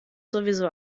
sowieso